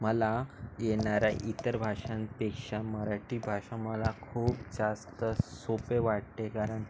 मला येणाऱ्या इतर भाषांपेक्षा मराठी भाषा मला खूप जास्त सोपे वाटते कारण